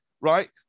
right